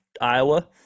Iowa